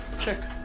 check!